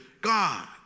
God